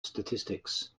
statistics